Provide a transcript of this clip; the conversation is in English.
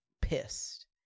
pissed